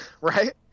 right